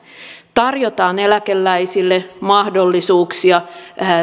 tarjotaan eläkeläisille mahdollisuuksia